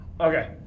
Okay